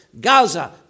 Gaza